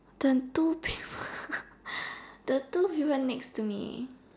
the two people the two people next to me